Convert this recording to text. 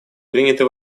приняты